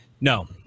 No